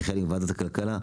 כחלק מוועדת הכלכלה,